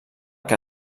que